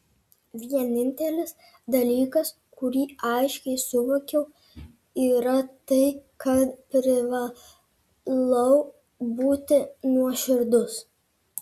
vienintelis dalykas kurį aiškiai suvokiau yra tai kad privalau būti nuoširdus